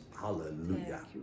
Hallelujah